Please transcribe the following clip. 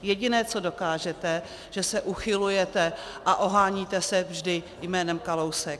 Jediné, co dokážete, že se uchylujete a oháníte se vždy jménem Kalousek.